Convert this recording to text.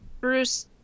Bruce